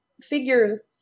figures